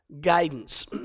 guidance